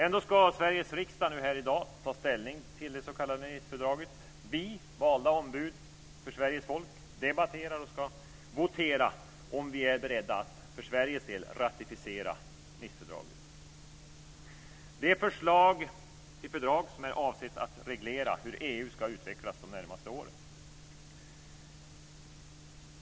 Ändå ska Sveriges riksdag här i dag ta ställning till det s.k. Nicefördraget. Vi valda ombud för Sveriges folk debatterar och ska votera om ifall vi är beredda att för Sveriges del ratificera Nicefördraget - det förslag till fördrag som är avsett att reglera hur EU ska utvecklas de närmaste åren.